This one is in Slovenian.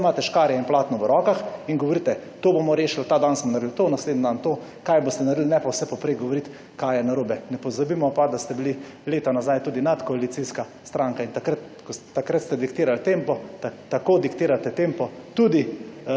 Zdaj imate škarje in platno v rokah in govorite, bo bomo rešili, ta dan smo naredili to, naslednji dan to, kaj boste naredili, ne pa vse povprek govoriti kaj je narobe. Ne pozabimo pa, da ste bili leta nazaj tudi nadkoalicijska stranka in takrat ste diktirali tempo, tako diktirate tempo tudi